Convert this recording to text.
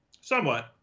Somewhat